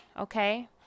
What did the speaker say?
okay